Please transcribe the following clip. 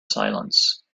silence